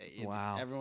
Wow